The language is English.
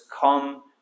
come